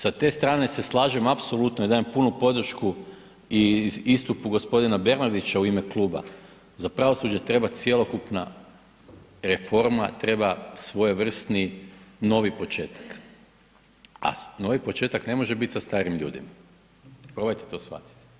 Sa te strane se slažem apsolutno i dajem punu podršku istupu g. Bernardića u ime kluba, za pravosuđe treba cjelokupna reforma, treba svojevrsni novi početa a novi početak ne može biti sa starim ljudima, probajte to shvatiti.